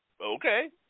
okay